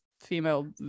female